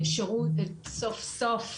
שירות סוף סוף,